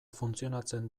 funtzionatzen